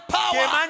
power